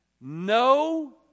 no